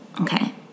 okay